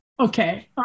Okay